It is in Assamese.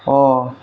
অঁ